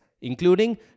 including